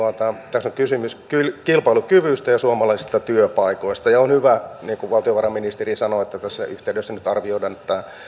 tässä on kysymys kilpailukyvystä ja suomalaisista työpaikoista on hyvä niin kuin valtiovarainministeri sanoi että tässä yhteydessä nyt arvioidaan